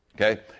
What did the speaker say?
Okay